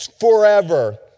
forever